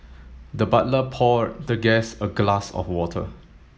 the butler poured the guest a glass of water